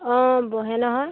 অঁ বহে নহয়